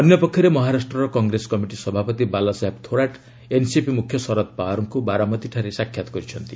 ଅନ୍ୟ ପକ୍ଷରେ ମହାରାଷ୍ଟ୍ରର କଂଗ୍ରେସ କମିଟି ସଭାପତି ବାଲାସାହେବ ଥୋରାଟ୍ ଏନ୍ସିପି ମୁଖ୍ୟ ଶରଦ ପାୱାରଙ୍କୁ ବାରାମତୀଠାରେ ସାକ୍ଷାତ କରିଛନ୍ତି